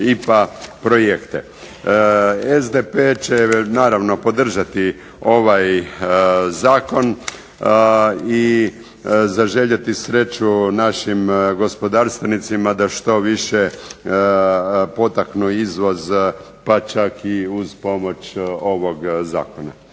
SDP će naravno podržati ovaj zakon i zaželjeti sreću našim gospodarstvenicima da što više potaknu izvoz pa čak i uz pomoć ovog zakona.